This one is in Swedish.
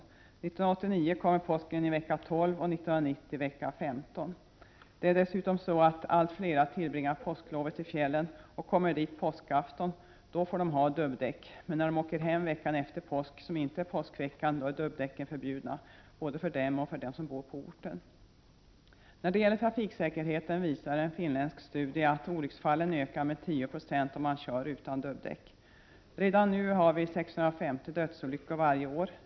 1989 kommer påsken att infalla i vecka 12 och 1990 i vecka 15. Dessutom tillbringar allt fler människor påsklovet i fjällen och kommer dit på påskafton. Då får de ha dubbdäck, men när de åker hem veckan efter påsk är dubbdäcken förbjudna, både för dem och för dem som bor på orten. När det gäller trafiksäkerheten visar en finländsk studie att olycksfallen ökar med 10 96 om man kör utan dubbdäck. Redan nu inträffar i Sverige 650 dödsolyckor varje år.